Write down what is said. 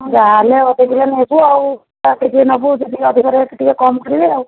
ଯାହାହେଲେ ଅଧକିଲେ ନେବୁ ଆଉ ବା କେଜିଏ ନେବୁ ଯଦି ଆପଣ ରେଟ୍ ଟିକିଏ କମ୍ କରିବେ ଆଉ